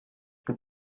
vous